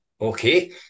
okay